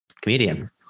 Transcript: comedian